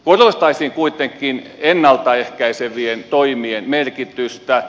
korostaisin kuitenkin ennalta ehkäisevien toimien merkitystä